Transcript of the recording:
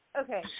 Okay